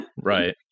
Right